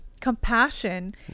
compassion